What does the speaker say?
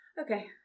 Okay